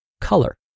color